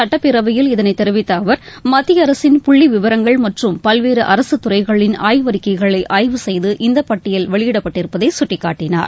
சட்டப்பேரவையில் இதனை தெரிவித்த அவர் மத்திய அரசின் புள்ளி விவரங்கள் மற்றும் பல்வேறு அரசுத்துறைகளின் ஆய்வறிக்கைகளை ஆய்வு செய்து இந்த பட்டியல் வெளியிடப்பட்டிருப்பதை சுட்டிக்காட்டினார்